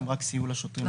הם רק סייעו לשוטרים.